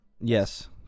Yes